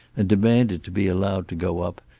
and demanded to be allowed to go up,